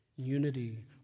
unity